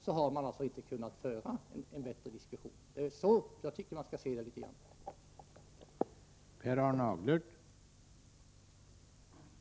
Således har man inte kunnat föra någon mer omfattande diskussion. Det är ur den synvinkeln jag tycker att man i viss mån skall se den här saken.